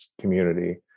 community